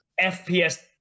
FPS